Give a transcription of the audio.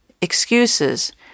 excuses